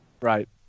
Right